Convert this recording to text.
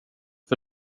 för